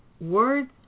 Words